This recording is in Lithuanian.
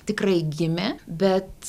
tikrai gimė bet